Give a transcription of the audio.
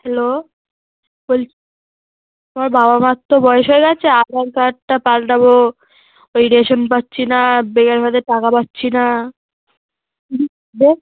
hello বোল আমার বাবা মার তো বয়স হয়ে গেছে আধার কার্ডটা পাল্টাবো ওই রেশন পাচ্ছি না টাকা পাচ্ছি না যে